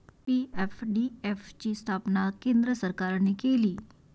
PFDF ची स्थापना केंद्र सरकारने केली